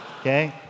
Okay